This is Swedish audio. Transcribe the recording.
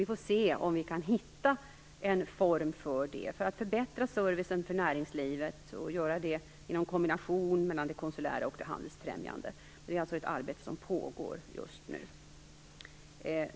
Vi får se om vi kan finna en form för att förbättra servicen för näringslivet i kombination med det konsulära och det handelsfrämjande. Det är alltså ett arbete som pågår just nu.